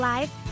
Live